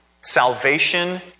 Salvation